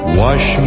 wash